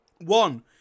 One